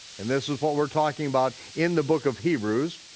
and this is what we're talking about in the book of hebrews,